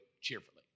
cheerfully